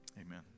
Amen